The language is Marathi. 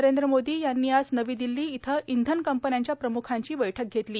नरेंद्र मोदी यांनी आज नवी दिल्ली इथं इंधन कंपन्यांच्या प्रम्खांची बैठक घेतली